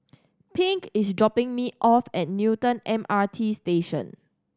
Pink is dropping me off at Newton M R T Station